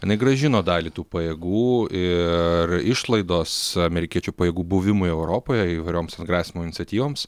jinai grąžino dalį tų pajėgų ir išlaidos amerikiečių pajėgų buvimui europoje įvairioms atgrasymo iniciatyvoms